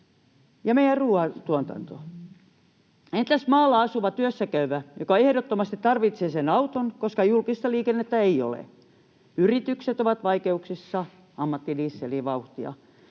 ja meidän ruuantuotanto ovat vaarassa. Entäs maalla asuva työssä käyvä, joka ehdottomasti tarvitsee sen auton, koska julkista liikennettä ei ole? Yritykset ovat vaikeuksissa — ammattidieseliin vauhtia.